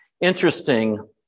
Interesting